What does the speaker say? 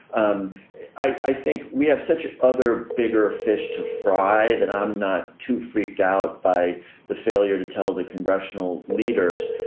um i think we have such other bigger fish to fry that i'm not too freaked out by the failure to tell the congressional leaders.